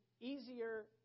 easier